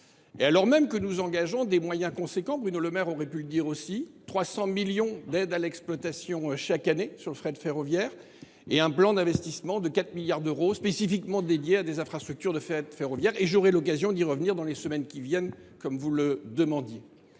modale et que nous engageons des moyens substantiels, dont – Bruno Le Maire aurait également pu le souligner – 300 millions d’euros d’aides à l’exploitation chaque année sur le fret ferroviaire et un plan d’investissement de 4 milliards d’euros spécifiquement dédié à des infrastructures de fret ferroviaire. J’aurai l’occasion d’y revenir dans les semaines qui viennent, comme vous le demandiez.